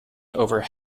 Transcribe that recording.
over